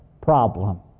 problem